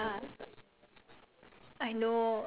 just just pretend nothing happen